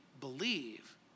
believe